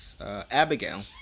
Abigail